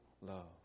love